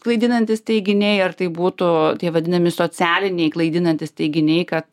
klaidinantys teiginiai ar tai būtų tie vadinami socialiniai klaidinantys teiginiai kad